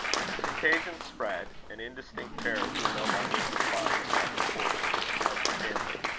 but the contagion spread and indistinct terrors were no longer confined to the upper portions of the family.